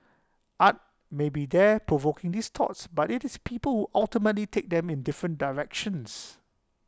art may be there provoking these thoughts but IT is people who ultimately take them in different directions